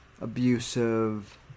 abusive